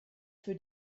für